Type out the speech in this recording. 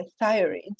thyroid